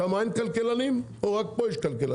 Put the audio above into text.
שם אין כלכלנים, או רק פה יש כלכלנים?